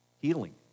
healing